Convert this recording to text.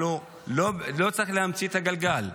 לא צריך להמציא את הגלגל.